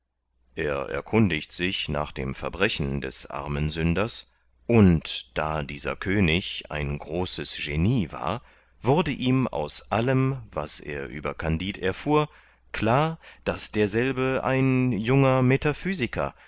er erkundigt sich nach dem verbrechen des armen sünders und da dieser könig ein großes genie war wurde ihm aus allem was er über kandid erfuhr klar daß derselbe ein junger metaphysiker